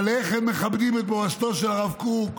אבל איך הם מכבדים את מורשתו של הרב קוק,